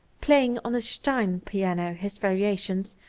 playing on a stein piano his variations,